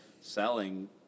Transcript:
selling